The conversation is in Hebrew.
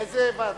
לאיזו ועדה?